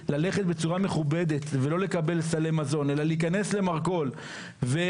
ללכת בצורה מכובדת ולא לקבל סלי מזון אלא להיכנס למרכול והכרטיס